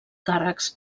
càrrecs